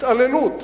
התעללות.